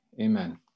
Amen